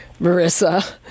Marissa